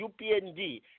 UPND